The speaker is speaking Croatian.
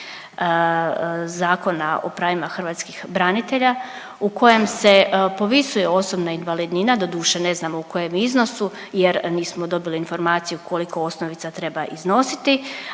zakona o pravima hrvatskih branitelja u kojem se povisuje osobna invalidnina, doduše ne znamo u kojem iznosu jer nismo dobili informaciju koliko osnovica treba iznositi